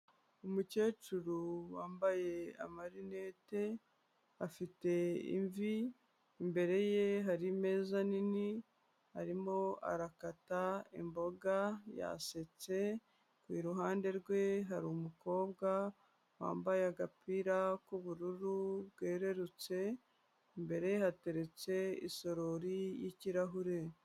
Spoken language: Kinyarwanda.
Umukecuru wambaye amarinete afite imvi, imbere ye hari imeza nini arimo arakata imboga yasetse, iruhande rwe hari umukobwa wambaye agapira k'ubururu bwererutse, imbere hateretse isorori y'ikirahure.